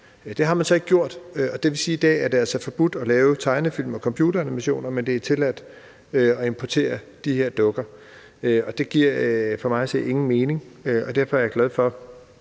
Det har man så ikke gjort, og det vil altså sige, at det i dag er forbudt at lave tegnefilm og computeranimationer, men at det er tilladt at importere de her dukker. Det giver for mig at se ingen mening, og derfor er jeg glad for,